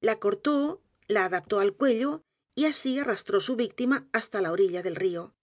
la cortó la adaptó al cuello y así arrastró su víctima h a s t a la orilla del río